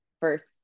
first